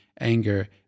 anger